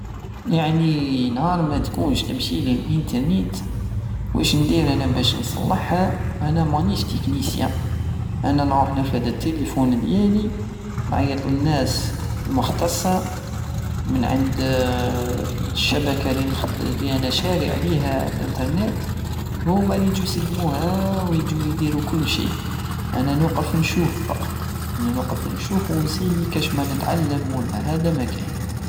يعني نهار ماتكونش تمشيلي الانتيرنيت وش ندير انا بش نصلحها انا مانيش تيكنيسيان انا نروح نرفد التيليفون ديالي نعيط لناس المختصة منعند الشبكة النخد- الي انا شاري عليها لانتيرنيت وهوما لي يجو يسقموها ويجو يديرو كل شي انا نوقف نشوف فقط انا نوقف نشوف ونسي كشما نتعلم وهدا ماكان